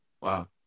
Wow